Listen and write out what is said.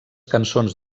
cançons